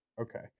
okay